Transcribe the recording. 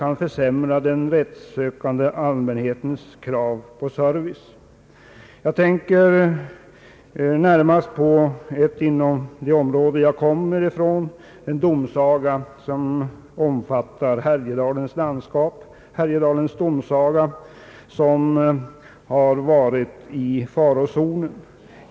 I annat fall kan den rättssökande allmänhetens krav på service påtagligt försämras. Jag tänker närmast på en domsaga i min hemtrakt, Härjedalens domsaga, som omfattar Härjedalens landskap jämte södra Jämtland och som har varit i farozonen.